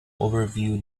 overview